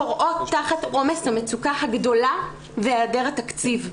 כורעות תחת עומס המצוקה הגדולה והיעדר התקציב.